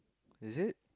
is it